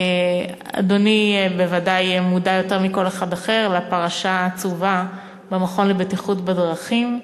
אדוני בוודאי מודע יותר מכל אחד אחר לפרשה העצובה במכון לבטיחות בדרכים.